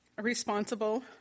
Responsible